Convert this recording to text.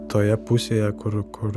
toje pusėje kur kur